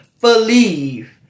believe